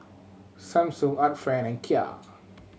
Samsung Art Friend and Kia